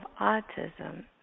autism